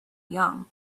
young